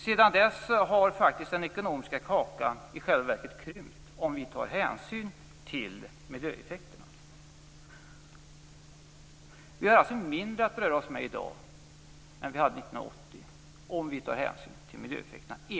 Sedan dess har faktiskt den ekonomiska kakan i själva verket krympt, om vi tar hänsyn till miljöeffekterna. Vi har alltså enligt den här rapporten mindre att röra oss med i dag än vi hade 1980, om vi tar hänsyn till miljöeffekterna.